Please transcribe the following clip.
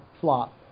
flop